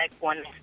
one